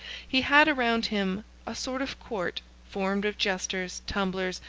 he had around him a sort of court, formed of jesters, tumblers,